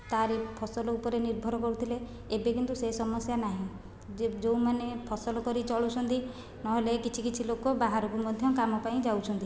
ତାରି ଫସଲ ଉପରେ ନିର୍ଭର କରୁଥିଲେ ଏବେ କିନ୍ତୁ ସେ ସମସ୍ୟା ନାହିଁ ଯେ ଯେଉଁମାନେ ଫସଲ କରି ଚଳୁଛନ୍ତି ନହେଲେ କିଛି କିଛି ଲୋକ ବାହାରକୁ ମଧ୍ୟ କାମ ପାଇଁ ଯାଉଛନ୍ତି